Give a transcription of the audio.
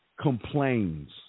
complains